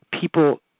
people